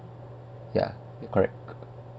ya correct